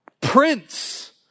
Prince